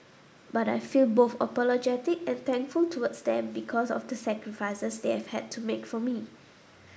but I feel both apologetic and thankful towards them because of the sacrifices they have had to make for me